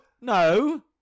No